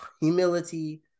Humility